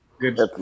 Good